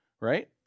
right